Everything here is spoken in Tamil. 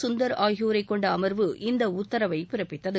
சுந்தர் ஆகியோரைக் கொண்ட அமர்வு இந்த உத்தரவைப் பிறப்பித்தது